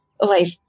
life